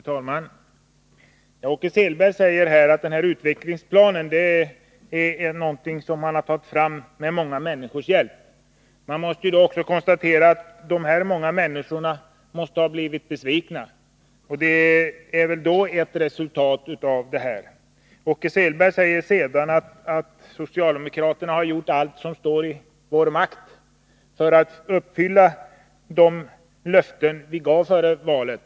Fru talman! Åke Selberg sade att utvecklingsplanen är någonting som har utformats med många människors hjälp. Man konstaterar då att resultatet här blev att dessa många människor har blivit besvikna. Socialdemokraterna har enligt Åke Selberg gjort allt som står i deras makt för att uppfylla de löften som gavs före valet.